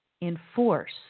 enforce